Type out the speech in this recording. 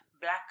black